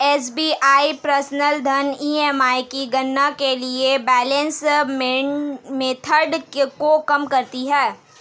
SBI personal ऋण EMI की गणना के लिए बैलेंस मेथड को कम करता है